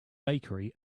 bakery